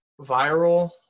viral